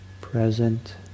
present